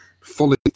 fully